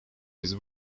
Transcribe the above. his